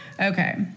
Okay